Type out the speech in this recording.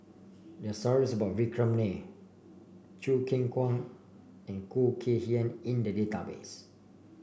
there are stories about Vikram Nair Choo Keng Kwang and Khoo Kay Hian in the database